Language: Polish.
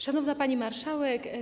Szanowna Pani Marszałek!